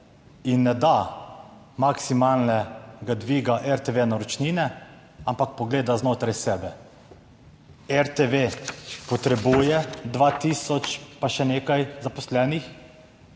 in ne da maksimalnega dviga RTV naročnine, ampak pogleda znotraj sebe. RTV potrebuje 2 tisoč pa še nekaj zaposlenih.